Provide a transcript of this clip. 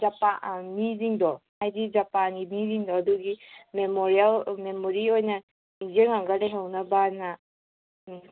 Japan ꯑꯥꯔꯃꯤꯁꯤꯡꯗꯣ ꯍꯥꯏꯗꯤ ꯖꯄꯥꯟꯒꯤ ꯃꯤꯁꯤꯡꯗꯣ ꯑꯗꯨꯒꯤ ꯃꯦꯃꯣꯔꯤꯑꯦꯜ ꯃꯦꯃꯣꯔꯤ ꯑꯣꯏꯅ ꯅꯤꯡꯁꯤꯡꯂꯒ ꯂꯩꯍꯧꯅꯕ ꯍꯥꯏꯅ ꯎꯝ